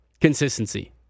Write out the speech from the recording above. consistency